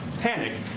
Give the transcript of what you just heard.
panic